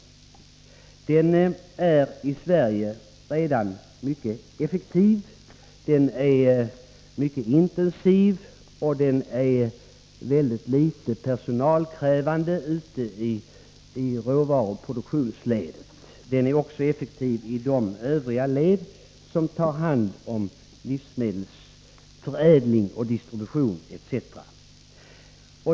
Jordbruksnäringen i Sverige är redan mycket effektiv, den är mycket intensiv och den är väldigt litet personalkrävande i råvaruproduktionsledet. Den är också effektiv i de led som tar hand om livsmedelsförädling, distribution etc.